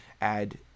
add